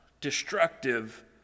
destructive